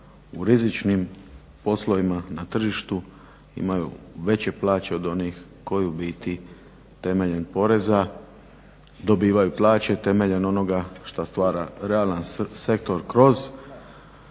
u rizičnim poslovima na tržištu imaju veće plaće od onih koji u biti temeljem poreza dobivaju plaće, temeljem onoga što stvara realan sektor kroz